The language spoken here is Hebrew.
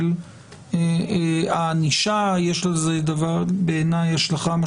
השאלה היא באיזו דרגה ובאיזו